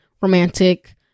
romantic